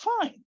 fine